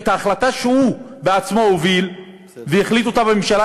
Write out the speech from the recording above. את ההחלטה שהוא בעצמו הוביל והחליט בממשלה,